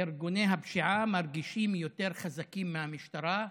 ארגוני הפשיעה מרגישים יותר חזקים מהמשטרה,